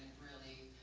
really